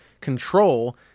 control